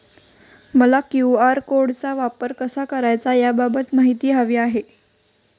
मला क्यू.आर कोडचा वापर कसा करायचा याबाबत माहिती हवी आहे